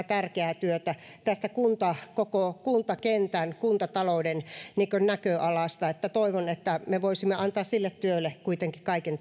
tärkeää työtä koko kuntakentän ja kuntatalouden näköalasta toivon että me voisimme antaa sille työlle kuitenkin kaiken